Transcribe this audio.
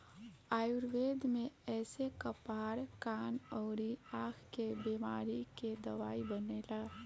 आयुर्वेद में एसे कपार, कान अउरी आंख के बेमारी के दवाई बनेला